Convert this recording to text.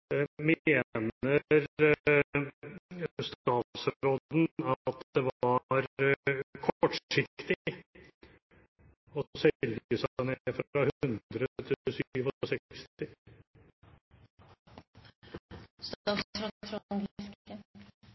Mener statsråden at det var kortsiktig å selge seg ned fra 100 til